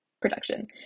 production